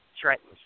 threatens